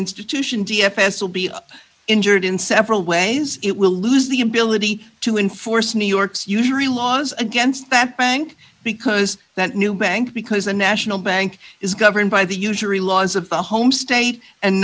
institution d f s will be injured in several ways it will lose the ability to enforce new york's usury laws against that bank because that new bank because a national bank is governed by the usury laws of the home state and